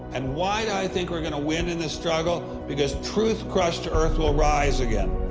and why do i think we're going to win in this struggle? because truth crushed to earth will rise again.